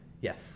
Yes